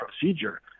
procedure